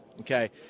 Okay